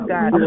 God